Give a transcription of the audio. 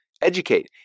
Educate